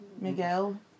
Miguel